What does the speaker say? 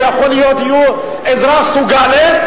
לא יכול להיות שיהיו אזרח סוג א',